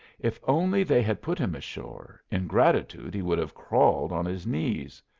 if only they had put him ashore, in gratitude he would have crawled on his knees.